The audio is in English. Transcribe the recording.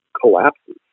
collapses